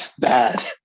Bad